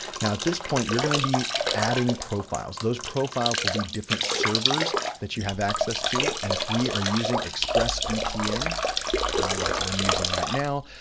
now, at this point, you're going to be adding profiles. those profiles will be different servers that you have access to. and if we are using expressvpn like i'm using right now,